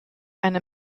eine